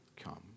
come